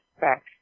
back